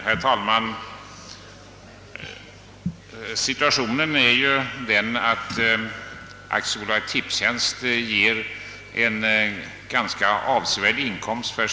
Herr talman! AB Tipstjänst ger statsverket en avsevärd inkomst.